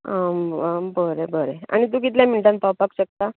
बरें बरें आनी तूं कितल्या मिंटान पावपाक शकता